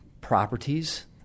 properties